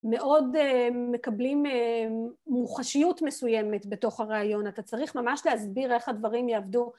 מאוד מקבלים מוחשיות מסוימת בתוך הרעיון, אתה צריך ממש להסביר איך הדברים יעבדו.